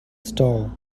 stall